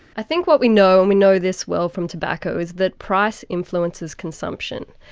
i think what we know, and we know this well from tobacco, is that price influences consumption.